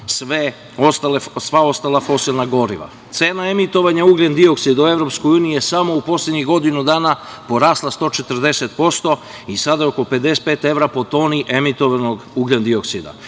sva ostala fosilna goriva. Cena emitovanja ugljendioksida u EU je samo u poslednjih godinu dana porasla 140% i sada oko 55 evra po toni emitovanog ugljendioksida.